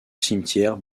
cimetière